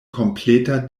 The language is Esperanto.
kompleta